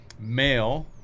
male